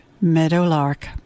Meadowlark